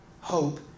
Hope